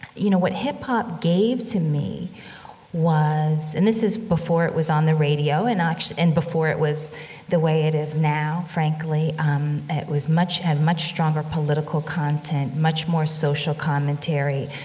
you know, what hip hop gave to me was, and this is before it was on the radio, and actually and before it was the way it is now, frankly. um, it was much had much stronger political content, much more social commentary.